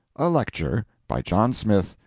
a lecture. by john smith,